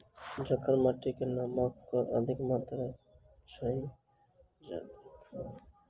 जखन माटि मे नमक कऽ मात्रा अधिक भऽ जाय तऽ की करबाक चाहि?